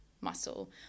muscle